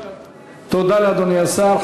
תודה לאדוני השר.